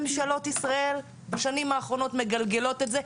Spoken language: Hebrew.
ממשלות ישראל בשנים האחרונות מגלגלות את זה,